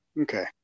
Okay